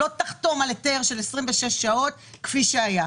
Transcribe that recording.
לא אחתום על היתר של 26 שעות כפי שהיה,